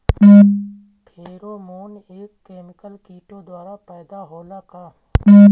Pheromone एक chemical किटो द्वारा पैदा होला का?